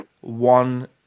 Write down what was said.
one